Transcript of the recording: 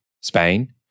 Spain